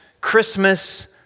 Christmas